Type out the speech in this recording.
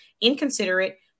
inconsiderate